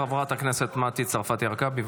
חברת הכנסת מטי צרפתי הרכבי,